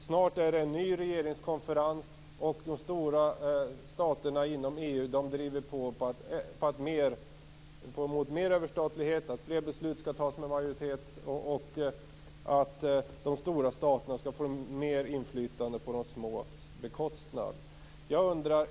Snart blir det en ny regeringskonferens, och de stora staterna inom EU driver på mot mer överstatlighet, att fler beslut skall fattas med majoritet och att de stora staterna skall få mer inflytande på de små staternas bekostnad.